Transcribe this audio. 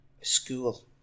school